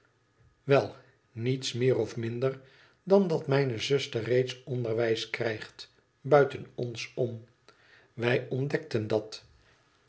wel niets meer of minder dan dat mijne zuster reeds onderwijs krijgt buiten ons om wij ontdekken dat